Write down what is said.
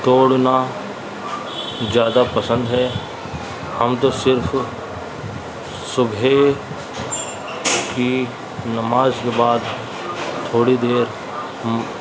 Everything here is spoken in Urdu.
دوڑنا زیادہ پسند ہے ہم تو صرف صبح کی نماز کے بعد تھوڑی دیر